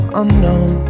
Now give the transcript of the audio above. unknown